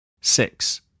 Six